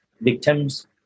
victims